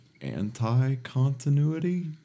anti-continuity